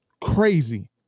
crazy